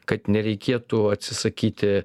kad nereikėtų atsisakyti